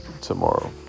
tomorrow